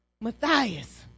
Matthias